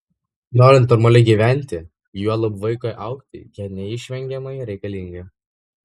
norint normaliai gyventi juolab vaikui augti jie neišvengiamai reikalingi